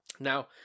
Now